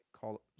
call